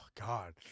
god